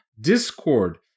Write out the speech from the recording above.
Discord